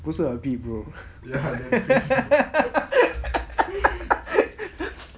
不是 a bit bro